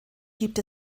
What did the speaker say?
gibt